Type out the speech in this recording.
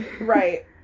Right